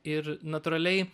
ir natūraliai